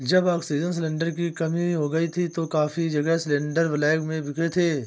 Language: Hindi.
जब ऑक्सीजन सिलेंडर की कमी हो गई थी तो काफी जगह सिलेंडरस ब्लैक में बिके थे